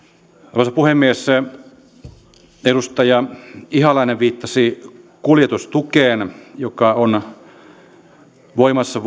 arvoisa puhemies edustaja ihalainen viittasi kuljetustukeen joka on voimassa